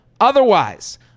Otherwise